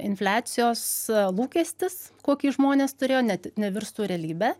infliacijos a lūkestis kokį žmonės turėjo net nevirstų realybe